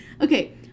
Okay